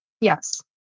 Yes